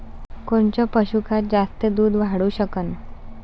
कोनचं पशुखाद्य जास्त दुध वाढवू शकन?